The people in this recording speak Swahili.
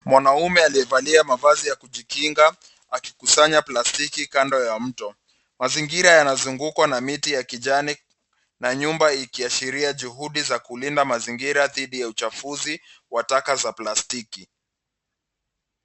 Mwanaume aliyevalia mavazi ya kujikinga akikusanya plastiki kando ya mto. Mazingira yanazungukwa na miti ya kijani na nyumba ikiashiria juhudi za kulinda mazingira dhidi ya uchafuzi wa taka za plastiki.